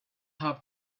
have